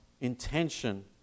intention